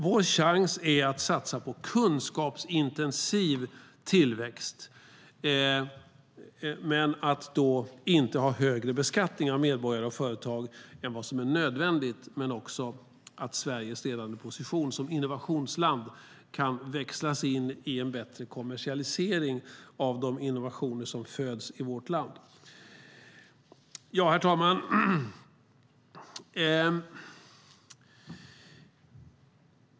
Vår chans är att satsa på kunskapsintensiv tillväxt men att inte ta ut högre skatt av medborgare och företag än vad som är nödvändigt, vidare att Sveriges ledande position som innovationsland kan växlas in i en bättre kommersialisering av de innovationer som föds i vårt land. Herr talman!